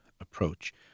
approach